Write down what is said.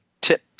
tip